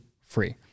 free